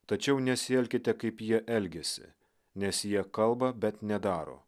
tačiau nesielkite kaip jie elgiasi nes jie kalba bet nedaro